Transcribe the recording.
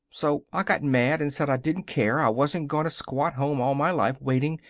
so i got mad and said i didn't care, i wasn't going to squat home all my life, waiting